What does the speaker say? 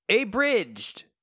abridged